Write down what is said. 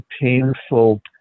painful